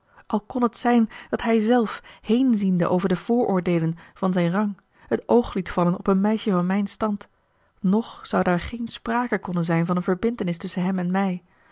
al kon het zijn dat hij zelf heenziende over de vooroordeelen van zijn rang het oog liet vallen op een meisje van mijn stand nog zou daar geene sprake konnen zijn van eene verbintenis tusschen hem en mij